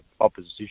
opposition